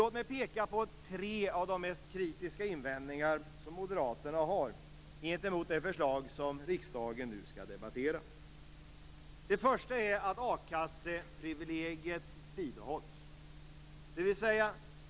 Låt mig peka på tre av de mest kritiska invändningarna som Moderaterna har mot det förslag som riksdagen nu skall debattera. Den första kritiska invändningen gäller att akasseprivilegiet bibehålls.